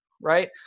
right